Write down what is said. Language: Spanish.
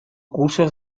cursos